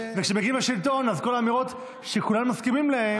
וכשמגיעים לשלטון אז כל האמירות שכולם מסכימים להן